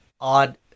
odd